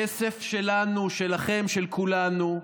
כסף שלנו, שלכם, של כולנו,